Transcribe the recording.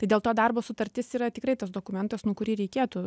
tai dėl to darbo sutartis yra tikrai tas dokumentas nu kurį reikėtų